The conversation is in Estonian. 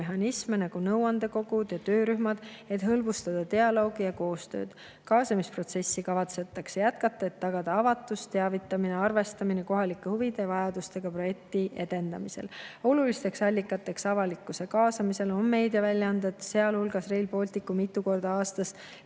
mehhanisme, nagu nõuandekogud ja töörühmad, et hõlbustada dialoogi ja koostööd. Kaasamisprotsessi kavatsetakse jätkata, et tagada avatus, teavitamine, arvestamine kohalike huvide ja vajadustega projekti edendamisel. Olulisteks allikateks avalikkuse kaasamisel on meediaväljaanded, sealhulgas Rail Balticu mitu korda aastas